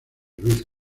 ruiz